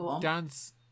dance